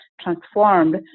transformed